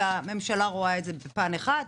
והממשלה רואה את זה בפן אחד.